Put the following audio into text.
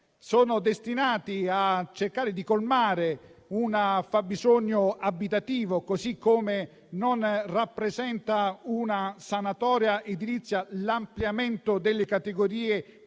sono destinati a cercare di colmare un fabbisogno abitativo. Così come non rappresenta una sanatoria edilizia l'ampliamento delle categorie di